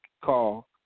call